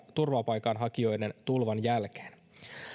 turvapaikanhakijoiden tulvan jälkeen